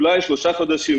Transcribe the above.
אולי שלושה חודשים,